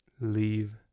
leave